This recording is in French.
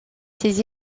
ses